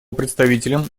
представителям